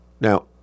Now